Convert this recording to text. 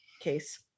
case